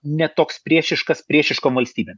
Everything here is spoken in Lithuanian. ne toks priešiškas priešiškom valstybėm